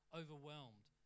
overwhelmed